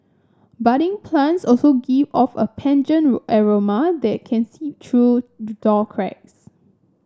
budding plants also give off a pungent aroma that can seep through door cracks